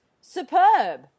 superb